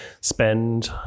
spend